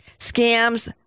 scams